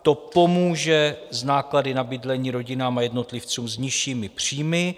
To pomůže s náklady na bydlení rodinám a jednotlivcům s nižšími příjmy.